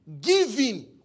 Giving